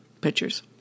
pictures